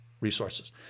resources